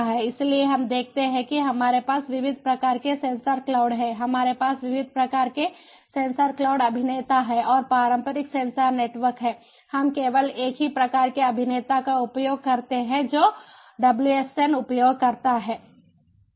इसलिए हम देखते हैं कि हमारे पास विविध प्रकार के सेंसर क्लाउड हैं हमारे पास विविध प्रकार के सेंसर क्लाउड अभिनेता हैं और पारंपरिक सेंसर नेटवर्क में हम केवल एक ही प्रकार के अभिनेता का उपयोग करते हैं जो डब्ल्यूएसएन उपयोगकर्ता है